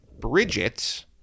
Bridget